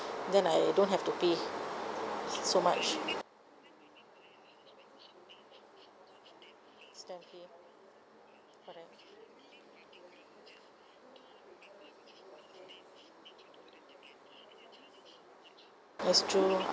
then I don't have to pay so much stamp fee alright yes true